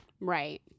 right